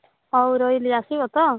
ହଉ ରହିଲି ଆସିବ ତ